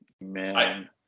man